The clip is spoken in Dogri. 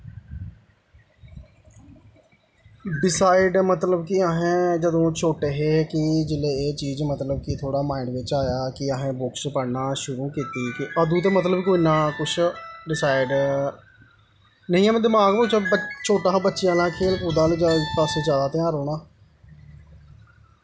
डिसाइड मतलब कि असें जदूं छोटे हे कि जेल्लै एह् चीज मतलब कि थोह्ड़ा माइंड बिच्च आया कि असें बुक्स पढना शुरू कीती कि अदूं ते मतलब नां कुछ डिसाइड नेईं हा मतलब दमाक च छोटा हा बच्चें आह्ला खेढ कूद आह्ले पास्सै ज्यादा ध्यान रौह्ना